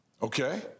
Okay